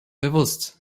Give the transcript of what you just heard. bewusst